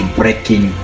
breaking